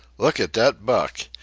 look at dat buck.